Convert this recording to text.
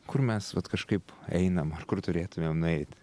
kur mes vat kažkaip einam ar kur turėtumėm nueit